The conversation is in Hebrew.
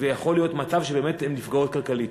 יכול להיות מצב שהן נפגעות כלכלית,